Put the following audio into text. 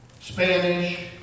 Spanish